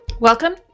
Welcome